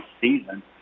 season